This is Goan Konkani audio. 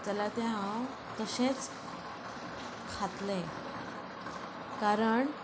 जाल्या तें हांव तशेंच खातले कारण